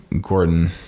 Gordon